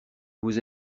vous